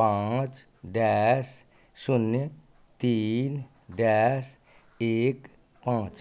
पाँच डैश शून्य तीन डैश एक पाँच